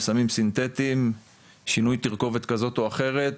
סמים סינתטיים שינוי תרכובת כזאת או אחרת.